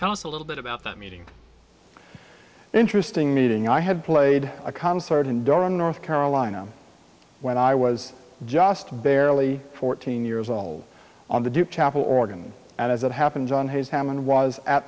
us a little bit about that meeting interesting meeting i had played a concert in durham north carolina when i was just barely fourteen years old on the duke chapel organ and as it happens on his hammond was at